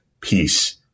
peace